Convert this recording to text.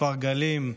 כפר גלים,